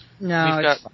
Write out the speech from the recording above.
No